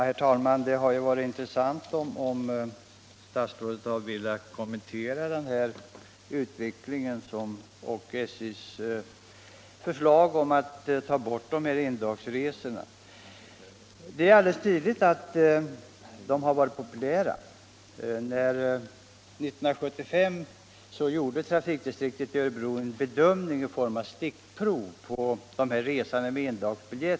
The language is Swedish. Herr talman! Det har varit intressant att få höra kommunikationsministern kommentera denna utveckling och SJ:s förslag om att ta bort rabatten för de här endagsresorna. Det är alldeles tydligt att de har varit populära. År 1975 gjorde trafikdistriktet i Örebro en bedömning i form av stickprov på antalet resande med endagsbiljett.